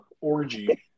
orgy